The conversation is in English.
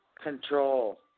control